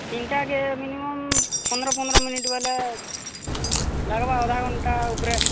ତିନ୍ଟାକେ minimum ପନ୍ଦର ପନ୍ଦର minute ବୋଲେ ଲାଗ୍ବା ଅଧଘଣ୍ଟା ଉପରେ